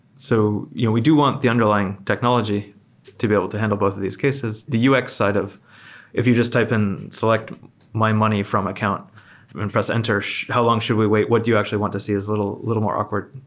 so you know we do want the underlying technology to be able to handle both of these cases. the ux side of if you just type in select my money from account and press enter, how long should we wait? what you actually want to see is little little more awkward.